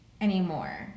anymore